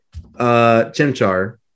Chimchar